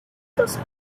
those